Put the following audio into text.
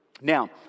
Now